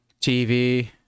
tv